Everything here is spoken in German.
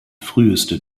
früheste